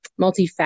multifaceted